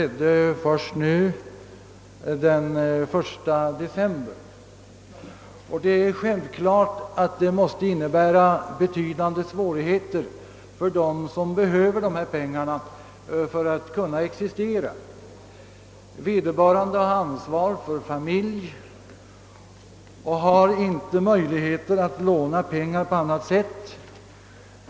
Detta måste självfallet medföra betydande svårigheter för dem som behöver studielånpengarna för sin existens. Vederbörande har många gånger ansvar för sin familj och saknar möjligheter att låna pengar på annat håll.